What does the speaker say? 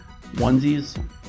onesies